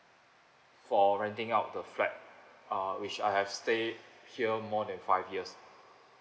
for renting out the flat uh which I have stayed here more than five years